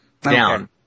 Down